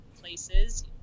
places